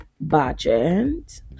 budget